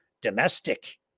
domestic